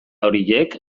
horiek